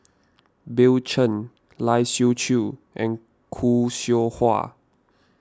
Bill Chen Lai Siu Chiu and Khoo Seow Hwa